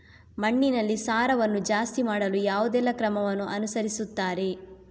ಮಣ್ಣಿನಲ್ಲಿ ಸಾರವನ್ನು ಜಾಸ್ತಿ ಮಾಡಲು ಯಾವುದೆಲ್ಲ ಕ್ರಮವನ್ನು ಅನುಸರಿಸುತ್ತಾರೆ